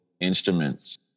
instruments